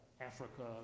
Africa